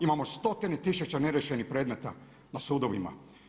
Imamo stotine tisuća neriješenih predmeta na sudovima.